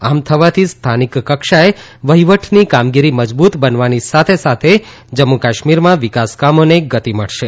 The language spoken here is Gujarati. આમ થવાથી સ્થાનિક કક્ષાએ વહિવટની કામગીરી મજબૂત બનવાની સાથે સાથે જમ્મુ કાશ્મીરમાં વિકાસ કામોને ગતિ મળશે